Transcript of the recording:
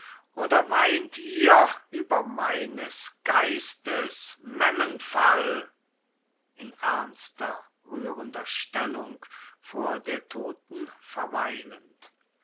oder weint ihr über meines geistes memmenfall in ernster rührender stellung vor der toten verweilend